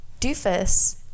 Doofus